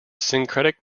syncretic